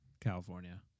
California